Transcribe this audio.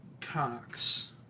cox